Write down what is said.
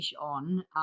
on